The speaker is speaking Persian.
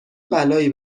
بلایی